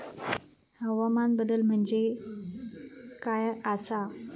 हवामान बदल म्हणजे काय आसा?